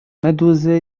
meduzy